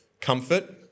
comfort